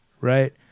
right